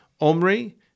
Omri